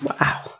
Wow